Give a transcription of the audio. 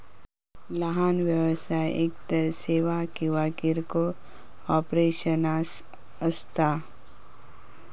लहान व्यवसाय एकतर सेवा किंवा किरकोळ ऑपरेशन्स असता